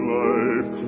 life